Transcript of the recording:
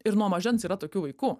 ir nuo mažens yra tokių vaikų